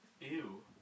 Ew